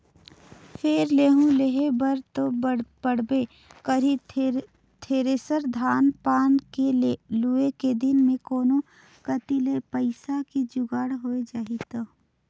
फेर लेहूं लेहे बर तो पड़बे करही थेरेसर, धान पान के लुए के दिन मे कोनो कति ले पइसा के जुगाड़ होए जाही त